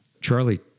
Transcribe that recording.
Charlie